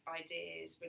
ideas